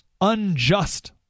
unjust